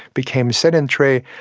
became sedentary,